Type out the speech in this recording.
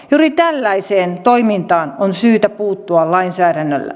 juuri tällaiseen toimintaan on syytä puuttua lainsäädännöllä